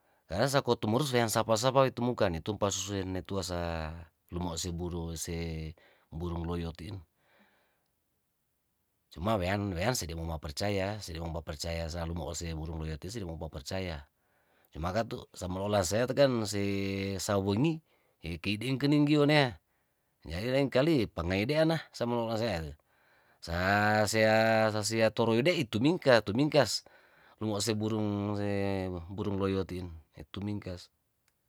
Kana sako tumurus seang sapa- sapa tumukan tumpa susue netua sa lumo si buru se burung loyot in cuma wean wean sedemu ma percaya sedemu mapercaya salalu mo ose burung loyot tisi nemomapercaya cuma katu samoloolasea te kan se sawengi he keding ingkening onea jadi laengkali pangaide ana samaloolangsea sa sea sa sea toroidei tumingka tumingkas lumo se burung se burung loyot in etumingkas.